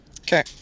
okay